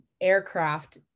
aircraft